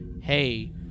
Hey